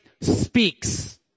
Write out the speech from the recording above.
speaks